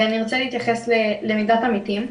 אני רוצה להתייחס ללמידת עמיתים.